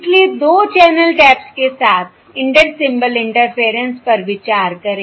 इसलिए 2 channel taps के साथ इंटर सिंबल इंटरफेरेंस पर विचार करें